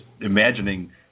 imagining